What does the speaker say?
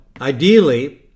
ideally